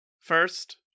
first